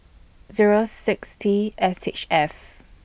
Zero six T S H F